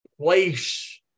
Place